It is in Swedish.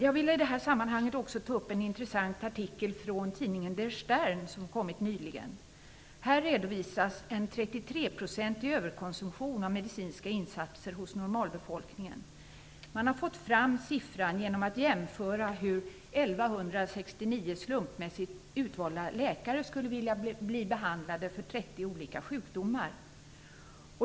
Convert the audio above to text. Jag vill i det här sammanhanget också ta upp en intressant artikel från tidningen Der Stern, som kommit nyligen. Här redovisas en 33-procentig överkonsumtion av medicinska insatser hos normalbefolkningen. Man har fått fram siffran genom att jämföra hur 1 169 slumpmässigt utvalda läkare skulle vilja bli behandlade för 30 olika sjukdomar.